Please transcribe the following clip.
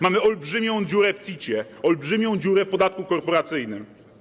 Mamy olbrzymią dziurę w CIT, olbrzymią dziurę w podatku korporacyjnym.